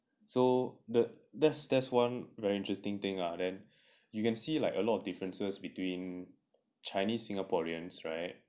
so the that's one very interesting thing ah then you can see like a lot of differences between chinese singaporeans right